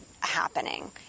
happening